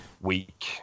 week